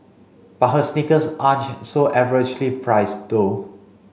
but her sneakers aren't so averagely priced though